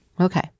Okay